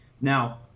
Now